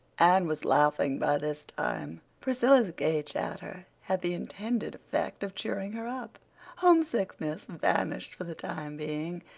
anne was laughing by this time. priscilla's gay chatter had the intended effect of cheering her up homesickness vanished for the time being,